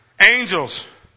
Angels